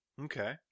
Okay